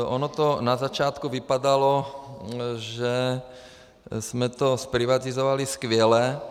Ono to na začátku vypadalo, že jsme to zprivatizovali skvěle.